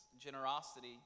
generosity